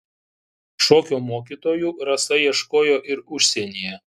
šokio mokytojų rasa ieškojo ir užsienyje